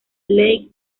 lake